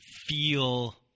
feel